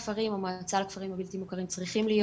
המועצה לכפרים הבלתי מוכרים צריכים להיות